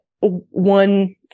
one